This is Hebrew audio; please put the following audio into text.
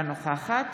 אינה נוכחת